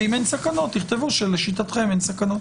ואם אין סכנות אז תכתבו שלשיטתכם אין סכנות.